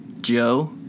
Joe